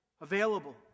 Available